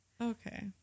Okay